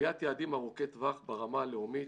קביעת יעדים ארוכי טווח ברמה הלאומית,